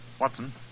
Watson